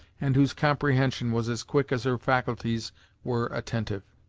and whose comprehension was as quick as her faculties were attentive.